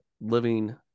living